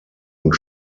und